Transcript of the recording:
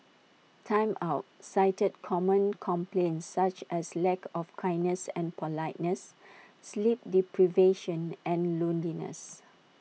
Time Out cited common complaints such as lack of kindness and politeness sleep deprivation and loneliness